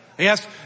Yes